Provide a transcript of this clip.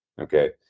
Okay